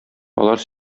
алар